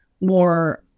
more